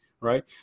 right